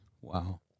Wow